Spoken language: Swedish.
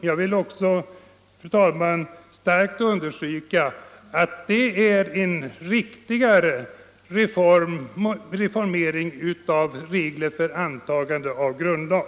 Jag vill, fru talman, kraftigt understryka att det är ett riktigare sätt att reformera reglerna för antagande av grundlag.